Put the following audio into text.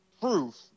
proof